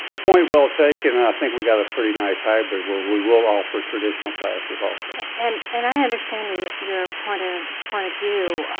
point well taken. i think we've got a pretty nice hybrid, where we will offer traditional classes also. and and and i understand your your point ah point of view.